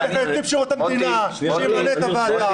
נציב שירות המדינה שימנה את הוועדה.